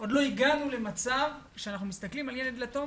לא הגענו למצב שאנחנו מסתכלים על ילד יתום.